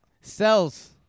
Cells